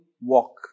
walk